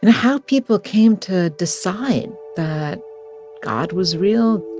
and how people came to decide that god was real,